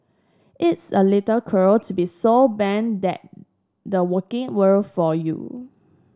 it's a little cruel to be so bunt that the working world for you